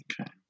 okay